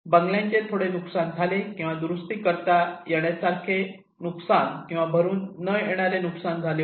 बंगल्यांचे थोडे नुकसान झाले किंवा दुरुस्ती करता येण्यासारखे नुकसान किंवा भरून न येणारे नुकसान झाले होते